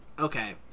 Okay